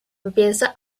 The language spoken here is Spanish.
empieza